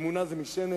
אמונה זה משענת,